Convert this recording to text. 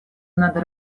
надо